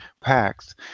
packs